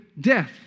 death